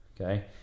okay